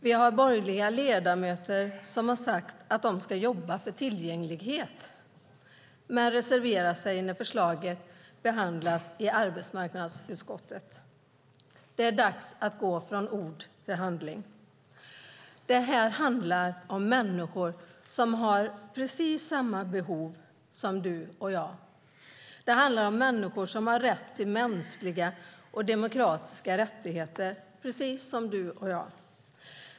Vi har borgerliga ledamöter som har sagt att de ska jobba för tillgänglighet men reserverar sig när förslaget behandlas i arbetsmarknadsutskottet. Det är dags att gå från ord till handling. Det här handlar om människor som har precis samma behov som du och jag. Det handlar om människor som har mänskliga och demokratiska rättigheter, precis som du och jag.